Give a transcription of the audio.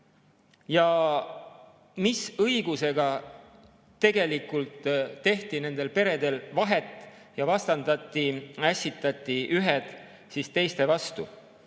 Ja mis õigusega tehti nendel peredel vahet ja vastandati, ässitati ühed teiste vastu?